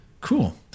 Cool